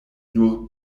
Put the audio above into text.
nur